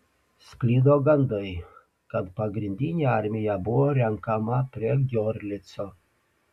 sklido gandai kad pagrindinė armija buvo renkama prie giorlico